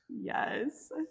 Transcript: Yes